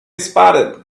spotted